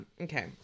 okay